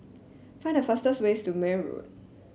find the fastest way to Marne Road